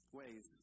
ways